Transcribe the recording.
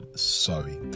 sorry